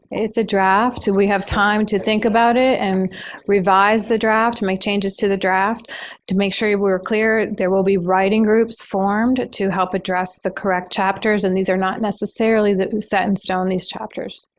it's a draft. and we have time to think about it and revise the draft to make changes to the draft to make sure we're clear. there will be writing groups formed to help address the correct chapters. and these are not necessarily that we set in stone these chapters.